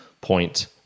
point